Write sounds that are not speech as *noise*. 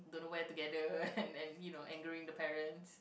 don't know where together *laughs* and and you know angering the parents